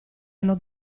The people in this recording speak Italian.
hanno